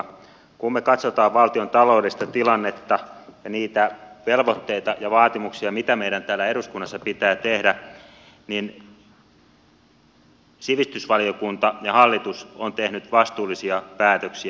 kun me katsomme valtion taloudellista tilannetta ja niitä velvoitteita ja vaatimuksia siitä mitä meidän täällä eduskunnassa pitää tehdä niin sivistysvaliokunta ja hallitus ovat tehneet vastuullisia päätöksiä